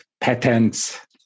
patents